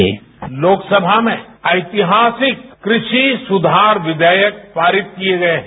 sound bite Lok Sabha में ऐतिहासिक कृषि सुधार विधेयक पारित किए गए हैं